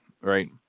right